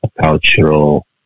Cultural